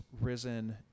risen